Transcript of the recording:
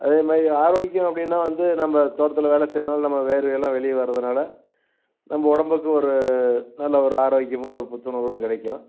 அதேமாதிரி ஆரோக்கியம் அப்படினா வந்து நம்ம தோட்டத்தில் வேலை செய்கிறோம் இல்லை நம்ம வேர்வை எல்லாம் வெளியே வர்றதனால நம்ம உடம்புக்கு ஒரு நல்ல ஒரு ஆரோக்கியமும் ஒரு புத்துணர்வும் கிடைக்கும்